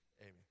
Amen